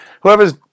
Whoever's